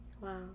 Wow